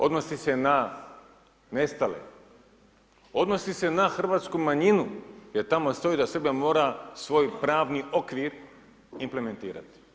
Odnosi se na nestale, odnosi se na hrvatsku manjinu jer tamo stoji da Srbija mora svoj pravni okvir implementirati.